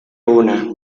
una